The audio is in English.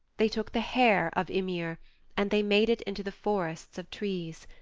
they took the hair of ymir and they made it into the forests of trees.